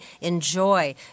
enjoy